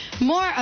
more